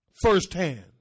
firsthand